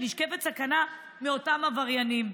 סכנה מאותם עבריינים.